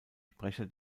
sprecher